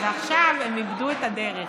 ועכשיו הן איבדו את הדרך.